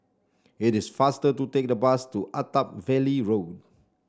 it is faster to take the bus to Attap Valley Road